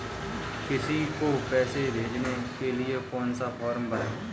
किसी को पैसे भेजने के लिए कौन सा फॉर्म भरें?